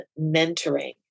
mentoring